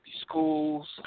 schools